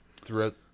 throughout